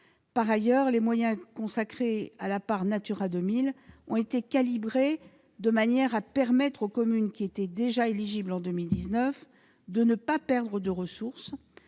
Par ailleurs, les moyens consacrés à la part Natura 2000 ont été calibrés de manière à permettre aux communes qui étaient déjà éligibles à la dotation en 2019 de ne pas perdre de ressources,